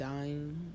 dying